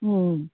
ꯎꯝ